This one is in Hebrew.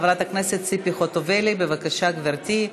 חברת הכנסת ציפי חוטובלי, בבקשה, גברתי.